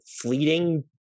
fleeting